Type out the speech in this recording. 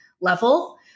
level